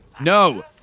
No